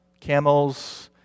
camels